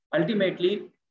Ultimately